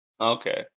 Okay